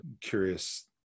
curious